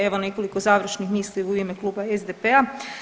Evo nekoliko završnih misli u ime kluba SDP-a.